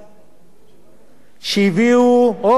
או, הנה הגיע סגן שר האוצר,